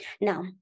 Now